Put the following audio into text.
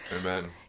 Amen